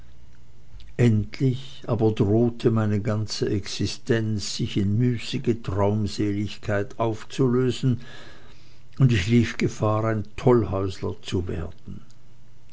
endlich aber drohete meine ganze existenz sich in müßige traumseligkeit aufzulösen und ich lief gefahr ein tollhäusler zu werden